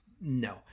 no